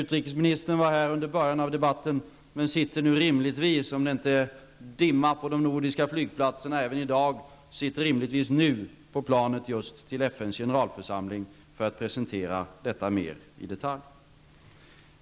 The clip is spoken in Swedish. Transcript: Utrikesministern var här under början av debatten, men hon sitter nu rimligtvis -- om det inte är dimma på de nordiska flygplatserna även i dag -- på planet just till FNs generalförsamling, där hon skall presentera detta mer i detalj.